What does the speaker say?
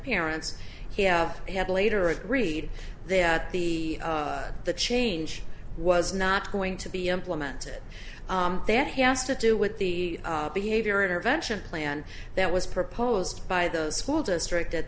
parents he had later agreed that the the change was not going to be implemented that he has to do with the behavior intervention plan that was proposed by those school district at